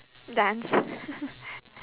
dance